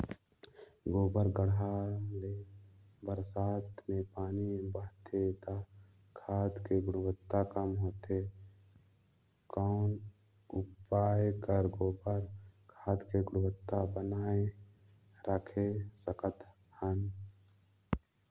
गोबर गढ्ढा ले बरसात मे पानी बहथे त खाद के गुणवत्ता कम होथे कौन उपाय कर गोबर खाद के गुणवत्ता बनाय राखे सकत हन?